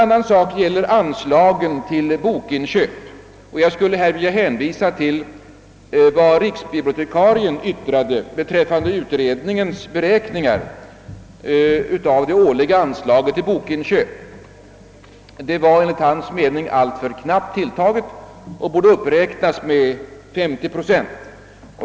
Vad sedan gäller anslaget till bokinköp vill jag hänvisa till riksbibliotekariens yttrande rörande utredningens beräkningar av det årliga anslaget för sådana inköp. Enligt hans mening är det anslaget alltför knappt tilltaget och borde uppräknas med 50 procent.